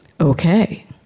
Okay